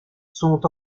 sont